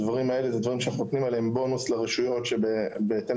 זה דברים שנותנים עליהם בונוס לרשויות שבהן יש,